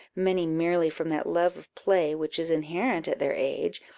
many merely from that love of play which is inherent at their age,